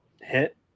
hit